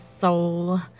soul